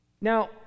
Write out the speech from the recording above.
Now